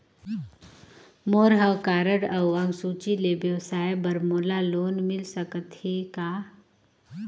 मोर हव कारड अउ अंक सूची ले व्यवसाय बर मोला लोन मिल सकत हे का?